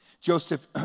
Joseph